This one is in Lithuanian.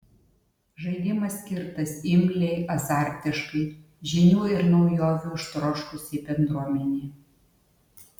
žaidimas skirtas imliai azartiškai žinių ir naujovių ištroškusiai bendruomenei